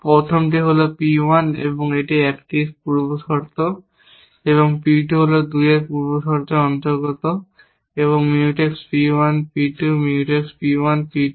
প্রথমটি হল P 1 একটি 1 এর পূর্বশর্ত এবং p 2 একটি 2 এর পূর্বশর্তের অন্তর্গত এবং Mutex P 1 P 2 Mutex P 1 P 2